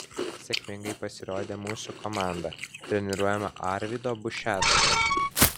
sėkmingai pasirodė mūsų komanda treniruojama arvydo bušecko